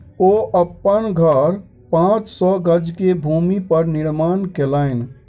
ओ अपन घर पांच सौ गज के भूमि पर निर्माण केलैन